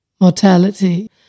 mortality